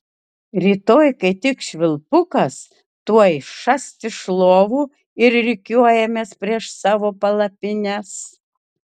rytoj kai tik švilpukas tuoj šast iš lovų ir rikiuojamės prieš savo palapines